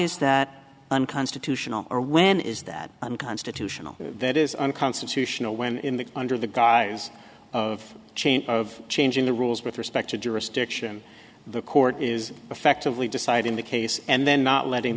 is that unconstitutional or when is that unconstitutional that is unconstitutional when in the under the guise of chain of changing the rules with respect to jurisdiction the court is effectively deciding the case and then not letting